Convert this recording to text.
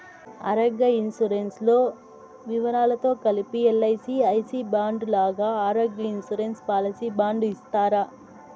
ఆరోగ్య ఇన్సూరెన్సు లో వివరాలతో కలిపి ఎల్.ఐ.సి ఐ సి బాండు లాగా ఆరోగ్య ఇన్సూరెన్సు పాలసీ బాండు ఇస్తారా?